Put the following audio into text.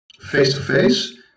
face-to-face